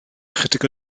ychydig